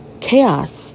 chaos